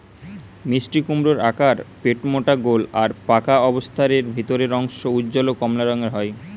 মিষ্টিকুমড়োর আকার পেটমোটা গোল আর পাকা অবস্থারে এর ভিতরের অংশ উজ্জ্বল কমলা রঙের হয়